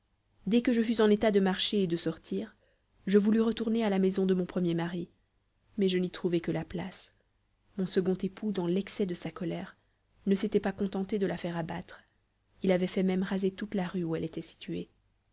dès que je fus en état de marcher et de sortir je voulus retourner à la maison de mon premier mari mais je n'y trouvai que la place mon second époux dans l'excès de sa colère ne s'était pas contenté de la faire abattre il avait fait même raser toute la rue où elle était située